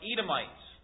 Edomites